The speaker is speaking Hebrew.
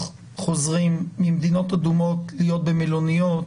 חוזרים ממדינות אדומות להיות במלוניות